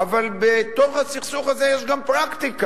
אבל בתוך הסכסוך הזה יש גם פרקטיקה,